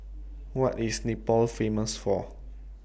What IS Nepal Famous For